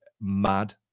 Mad